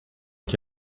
que